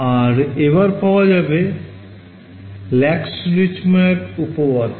আর এবার পাওয়া যাবে Lax Richtmyer উপপাদ্য